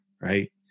right